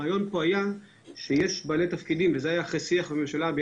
הרעיון היה שיש בעלי תפקידים וזה אחרי שיח בממשלה עם